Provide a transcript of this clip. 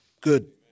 Good